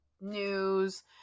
news